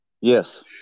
Yes